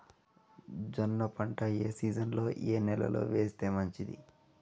జొన్న పంట ఏ సీజన్లో, ఏ నెల లో వేస్తే మంచిది?